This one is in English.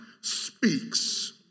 speaks